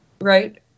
Right